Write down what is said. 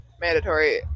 mandatory